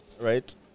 right